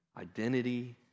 identity